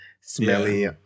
smelly